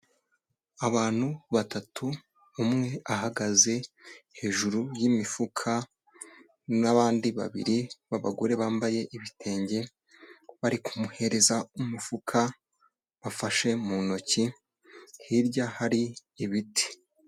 Abantu batatu, umwe ahagaze hejuru y'imifuka n'abandi babiri b'abagore bambaye ibitenge, bari kumuhereza umufuka bafashe mu ntoki, hirya hari ibiti.